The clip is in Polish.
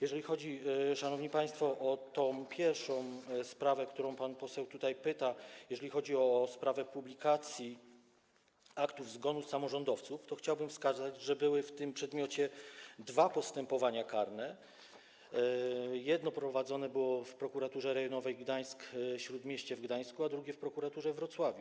Jeżeli chodzi, szanowni państwo, o tę pierwszą sprawę, o którą pan poseł tutaj pytał, o sprawę publikacji aktów zgonu samorządowców, to chciałbym wskazać, że były w tym przedmiocie dwa postępowania karne - jedno prowadzone było w Prokuraturze Rejonowej Gdańsk-Śródmieście w Gdańsku, a drugie w prokuraturze we Wrocławiu.